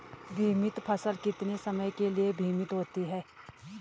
बीमित फसल कितने समय के लिए बीमित होती है?